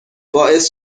باعث